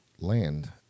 land